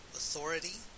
authority